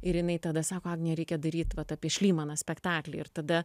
ir jinai tada sako agnija reikia daryt vat apie šlymaną spektaklį ir tada